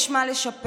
יש מה לשפר,